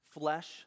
flesh